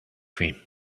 cream